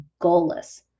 goalless